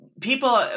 people